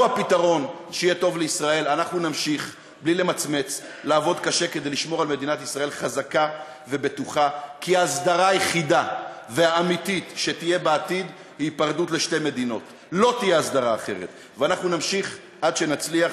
נמשיך עד שנצליח,